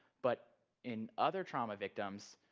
but in other trauma victims,